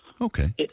okay